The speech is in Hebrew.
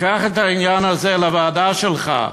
קח את העניין הזה לוועדה שלך.